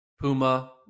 Puma